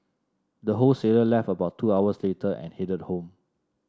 the wholesaler left about two hours later and headed home